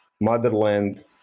motherland